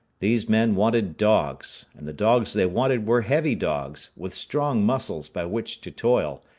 these men wanted dogs, and the dogs they wanted were heavy dogs, with strong muscles by which to toil,